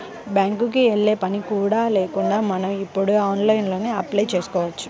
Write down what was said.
బ్యేంకుకి యెల్లే పని కూడా లేకుండా మనం ఇప్పుడు ఆన్లైన్లోనే అప్లై చేసుకోవచ్చు